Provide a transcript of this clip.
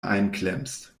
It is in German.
einklemmst